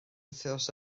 wythnos